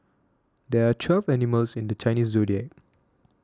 there are twelve animals in the Chinese zodiac